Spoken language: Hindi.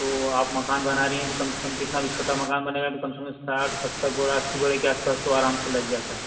तो आप मकान बना रही हैं तो कम से कम कितना भी छोटा मकान बनेगा तो कम से कम साठ सत्तर बोरा अस्सी बोरे के आस पास तो आराम से लग जाता है